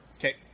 Okay